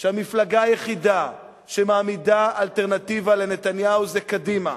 שהמפלגה היחידה שמעמידה אלטרנטיבה לנתניהו זה קדימה.